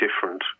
different